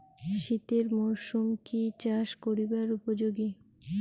শীতের মরসুম কি চাষ করিবার উপযোগী?